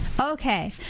Okay